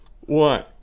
one